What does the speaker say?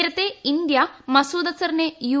നേരത്തെ ഇന്ത്യാ മസൂദ് അസറിനെ യു